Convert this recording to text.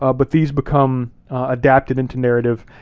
ah but these become adapted into narrative.